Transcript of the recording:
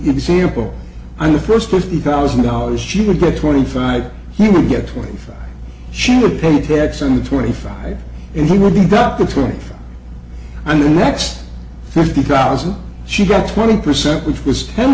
example on the first fifty thousand dollars she would get twenty five he would get twenty five children pay tax on the twenty five and he would be belka three and the next fifty thousand she got twenty percent which was ten